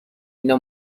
اینا